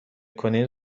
کنید